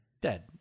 dead